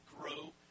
grow